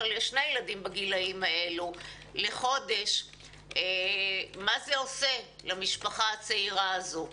כלל יש שני ילדים בגילים האלו אז מה זה עושה למשפחה הצעירה הזאת.